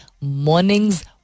Mornings